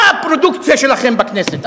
מה הפרודוקציה שלכם בכנסת?